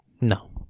No